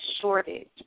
shortage